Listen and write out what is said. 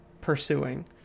pursuing